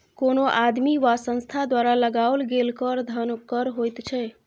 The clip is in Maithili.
कोनो आदमी वा संस्था द्वारा लगाओल गेल कर धन कर होइत छै